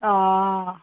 অঁ